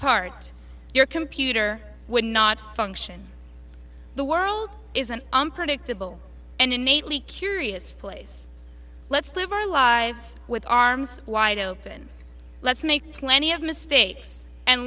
part your computer would not function the world is an unpredictable and innately curious place let's live our lives with arms wide open let's make plenty of mistakes and